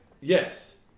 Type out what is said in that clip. Yes